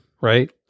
right